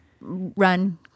run